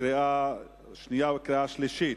לקריאה שנייה ולקריאה שלישית.